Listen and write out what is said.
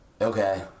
okay